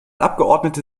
abgeordnete